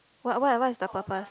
what what what is the purpose